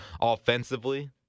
offensively